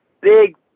Big